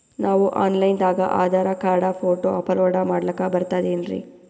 ನಾವು online ದಾಗ Aadhaar card, photo upload ಮಾಡ್ಲಕ ಬರ್ತದೇನ್ರಿ?